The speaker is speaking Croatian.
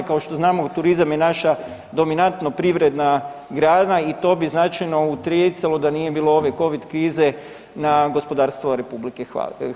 Kao što znamo turizam je naša dominantno privredna grana i to bi značajno utjecalo da nije bilo ove Covid krize na gospodarstvo RH.